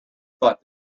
thought